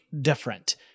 different